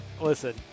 Listen